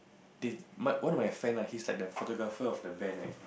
then one of my friend lah he is like the photographer of the band right